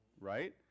right